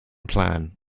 plan